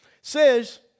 says